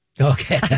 Okay